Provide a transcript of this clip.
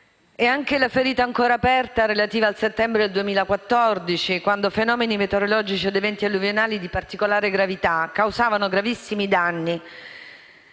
altresì la ferita, ancora aperta, relativa al settembre 2014, quando fenomeni meteorologici ed eventi alluvionali di particolare gravità hanno causato gravissimi danni: